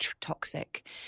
toxic